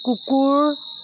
কুকুৰ